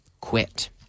quit